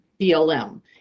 BLM